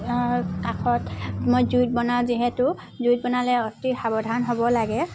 কাষত মই জুইত বনাওঁ যিহেতু জুইত বনালে অতি সাৱধান হ'ব লাগে